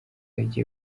igiye